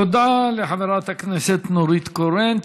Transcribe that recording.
תודה רבה לחברת הכנסת נורית קורן.